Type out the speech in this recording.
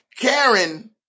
Karen